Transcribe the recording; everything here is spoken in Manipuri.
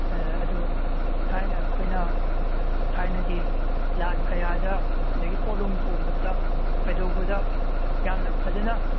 ꯑꯗꯣ ꯊꯥꯏꯅ ꯑꯩꯈꯣꯏꯅ ꯊꯥꯏꯅꯒꯤ ꯂꯥꯟ ꯀꯌꯥꯗ ꯑꯗꯒꯤ ꯄꯣꯠꯂꯨꯝ ꯄꯨꯕꯗ ꯀꯩꯗꯧꯕꯗ ꯌꯥꯝꯅ ꯐꯖꯅ